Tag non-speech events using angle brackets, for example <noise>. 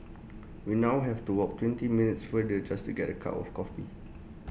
<noise> we now have to walk twenty minutes farther just to get A cup of coffee